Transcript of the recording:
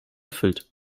erfüllt